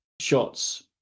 shots